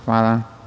Hvala.